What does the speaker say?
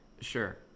Sure